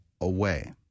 away